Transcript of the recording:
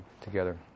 together